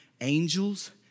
angels